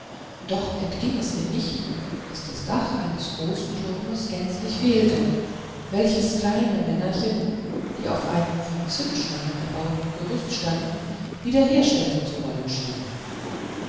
doch entging es ihr nicht daß das dach eines großen turmes gänzlich fehlte welches kleine männerchen die auf einem von zimtstangen erbauten gerüste standen wiederherstellen zu wollen schienen